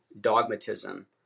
dogmatism